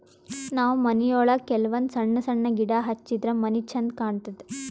ನಾವ್ ಮನಿಯೊಳಗ ಕೆಲವಂದ್ ಸಣ್ಣ ಸಣ್ಣ ಗಿಡ ಹಚ್ಚಿದ್ರ ಮನಿ ಛಂದ್ ಕಾಣತದ್